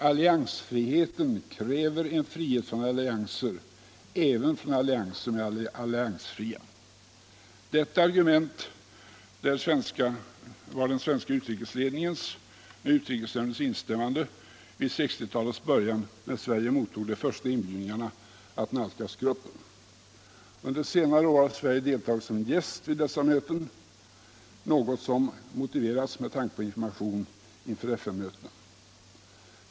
Alliansfriheten kräver frihet från allianser — även från allianser med alliansfria. Detta argument var den svenska utrikesledningens med utrikesnämndens instämmande i 1960 talets början, när Sverige mottog de första inbjudningarna att nalkas grup pen. Under senare år har Sverige deltagit som gäst vid dess möten, något som motiverats med vikten av att få information inför FN-möten.